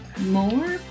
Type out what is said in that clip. more